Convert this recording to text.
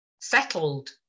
Settled